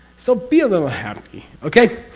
so, be a little happy, okay?